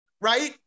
right